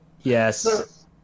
Yes